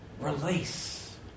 release